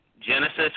Genesis